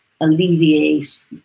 alleviate